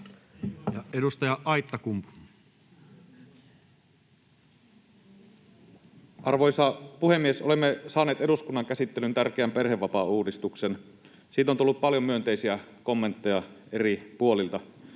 12:05 Content: Arvoisa puhemies! Olemme saaneet eduskunnan käsittelyyn tärkeän perhevapaauudistuksen. Siitä on tullut paljon myönteisiä kommentteja eri puolilta.